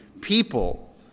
people